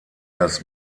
das